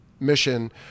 mission